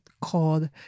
called